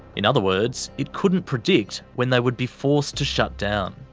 in other words, it couldn't predict when they would be forced to shut down.